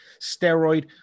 steroid